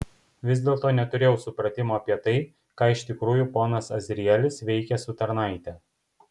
vis dėlto neturėjau supratimo apie tai ką iš tikrųjų ponas azrielis veikia su tarnaite